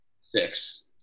six